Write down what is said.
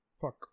Fuck